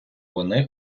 вони